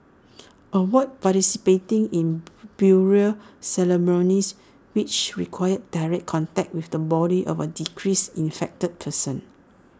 avoid participating in burial ceremonies which require direct contact with the body of A deceased infected person